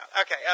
Okay